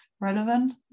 relevant